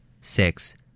Six